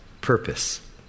purpose